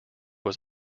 was